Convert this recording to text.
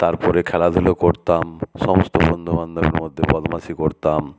তারপরে খেলাধুলো করতাম সমস্ত বন্ধু বান্ধবের মধ্যে বদমাশি করতাম